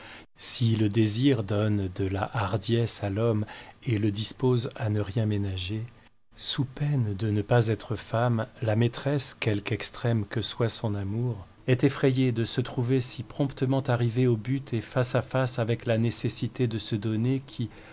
si le désir donne de la hardiesse à l'homme et le dispose à ne rien ménager sous peine de ne pas être femme la maîtresse quelque extrême que soit son amour est effrayée de se trouver si promptement arrivée au but et face à face avec la nécessité de se donner qui